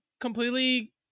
completely